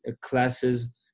classes